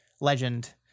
legend